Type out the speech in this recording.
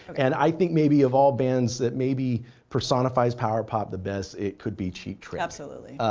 and i think maybe of all bands that maybe personifies power pop the best, it could be cheap trick. absolutely.